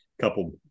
couple